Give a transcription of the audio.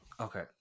Okay